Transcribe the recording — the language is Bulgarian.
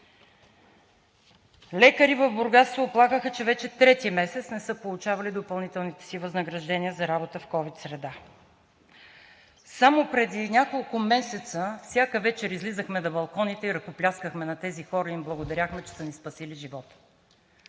Лекари в Бургас се оплакаха, че вече трети месец не са получавали допълнителните си възнаграждения за работа в ковид среда. Само преди няколко месеца всяка вечер излизахме на балконите и ръкопляскахме на тези хора и им благодаряхме, че са ни спасили живота